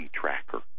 tracker